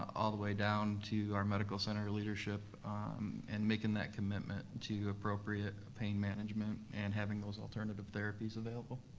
all the way down to our medical center leadership and making that commitment to appropriate pain management and having those alternative therapies available.